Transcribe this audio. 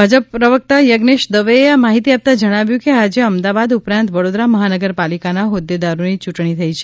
ભાજપ પ્રવક્તા યજ્ઞેશ દવેચે આ માહિતી આપતાં જણાવ્યું છે કે આજે અમદાવાદ ઉપરાંત વડોદરા મહાનગર પાલિકાના હોદ્દેદારોની ચુંટણી થઇ છે